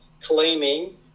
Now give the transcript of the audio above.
claiming